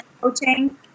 coaching